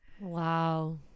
Wow